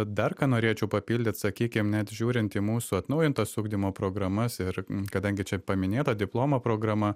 dar ką norėčiau papildyt sakykim net žiūrint į mūsų atnaujintas ugdymo programas ir kadangi čia paminėta diplomo programa